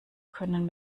können